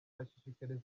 arashishikariza